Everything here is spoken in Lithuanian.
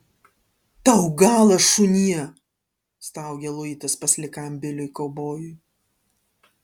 tau galas šunie staugia luitas paslikam biliui kaubojui